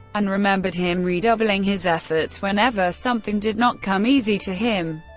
and remembered him redoubling his efforts whenever something did not come easy to him,